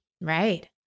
Right